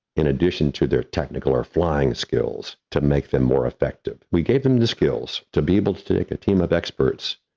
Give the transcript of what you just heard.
in addition to their technical or flying skills to make them more effective. we gave them the skills to be able to to take a team of experts,